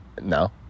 no